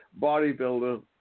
bodybuilder